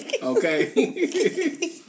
Okay